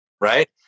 right